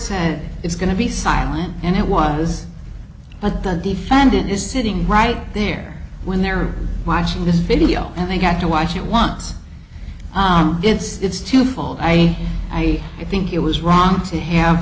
said it's going to be silent and it was but the defendant is sitting right there when they're watching this video and they have to watch it once it's it's twofold i i think it was wrong to have